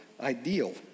ideal